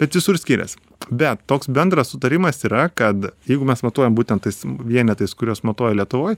bet visur skirias bet toks bendras sutarimas yra kad jeigu mes matuojam būtent tais vienetais kuriuos matuoja lietuvoj